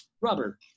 Rubber